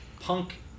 punk